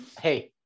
hey